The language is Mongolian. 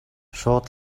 шууд